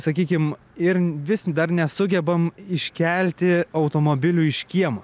sakykim ir vis dar nesugebam iškelti automobilių iš kiemo